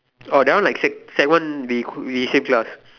oh that one like sec like sec one we we same class